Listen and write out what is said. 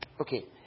Okay